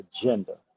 agenda